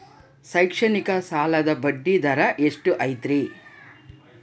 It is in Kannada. ಶೈಕ್ಷಣಿಕ ಸಾಲದ ಬಡ್ಡಿ ದರ ಎಷ್ಟು ಐತ್ರಿ?